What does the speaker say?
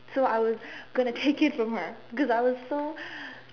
so I was going to take it from her cause I was so